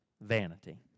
vanity